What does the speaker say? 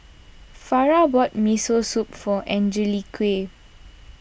Farrah bought Miso Soup for Angelique